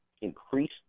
increase